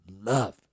love